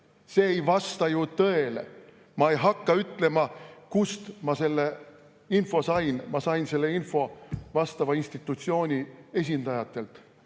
See ei vasta ju tõele. Ma ei hakka ütlema, kust ma selle info sain. Ma sain selle info vastava institutsiooni esindajatelt.